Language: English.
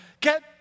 Get